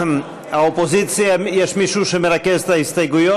האופוזיציה, יש מישהו שמרכז את ההסתייגויות?